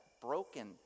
broken